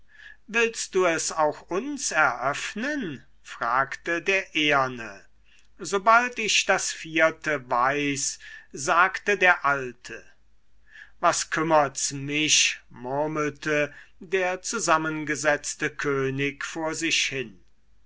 willst du es auch uns eröffnen fragte der eherne sobald ich das vierte weiß sagte der alte was kümmert's mich murmelte der zusammengesetzte könig vor sich hin